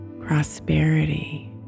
prosperity